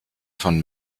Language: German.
von